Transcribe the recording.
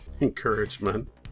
encouragement